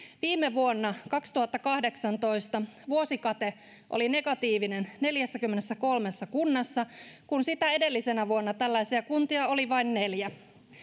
viime vuonna kaksituhattakahdeksantoista vuosikate oli negatiivinen neljässäkymmenessäkolmessa kunnassa kun sitä edellisenä vuonna tällaisia kuntia oli vain neljä